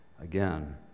Again